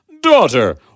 Daughter